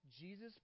Jesus